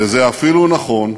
וזה אפילו נכון,